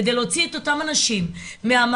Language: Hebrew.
כדי להוציא אות אותם אנשים מהמעגל,